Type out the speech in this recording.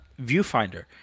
Viewfinder